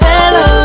Hello